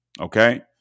Okay